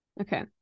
Okay